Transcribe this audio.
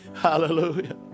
Hallelujah